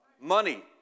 Money